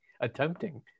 attempting